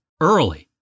early